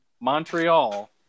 Montreal